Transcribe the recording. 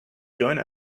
join